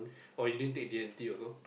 oh you didn't take D-and-T also